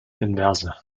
inverse